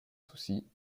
souci